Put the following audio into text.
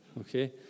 Okay